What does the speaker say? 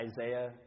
Isaiah